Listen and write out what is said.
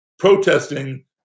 protesting